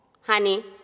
honey